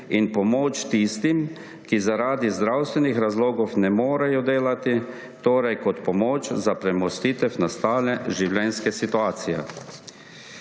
in pomoč tistim, ki zaradi zdravstvenih razlogov ne morejo delati, torej kot pomoč za premostitev nastale življenjske situacije.